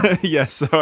Yes